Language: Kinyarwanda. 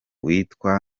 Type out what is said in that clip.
witwa